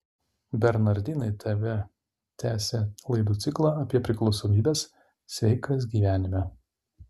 bernardinai tv tęsia laidų ciklą apie priklausomybes sveikas gyvenime